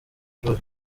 shuri